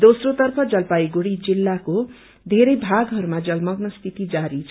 दोस्रोतर्फ जलपाइगढ़ी जिल्लाको वेरे भागहरूमा जलमग्न स्थिति जारी छ